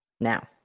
Now